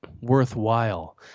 Worthwhile